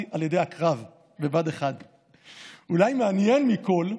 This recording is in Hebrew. על ידי עקרב בבה"ד 1. אולי מעניין מכול,